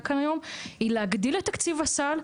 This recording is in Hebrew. כאן היום היא להגדיל את תקציב הסל,